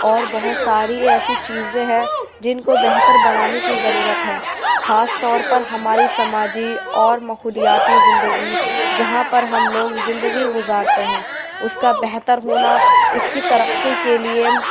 اور بہت ساری ایسی چیزیں ہیں جن کو بہتر بنانے کی ضرورت ہے خاص طور پر ہماری سماجی اور ماحولیاتی زندگی جہاں پر ہم لوگ زندگی گُزارتے ہیں اُس کا بہتر ہونا اُس کی ترقی کے لیے